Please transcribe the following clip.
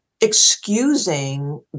excusing